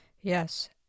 Yes